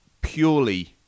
purely